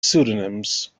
pseudonyms